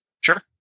Sure